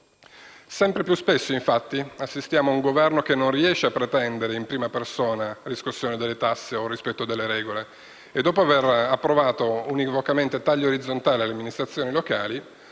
Sempre più spesso, infatti, assistiamo a un Governo che non riesce a pretendere in prima persona la riscossione delle tasse o il rispetto delle regole e, dopo aver approvato univocamente tagli orizzontali alle amministrazioni locali,